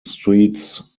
streets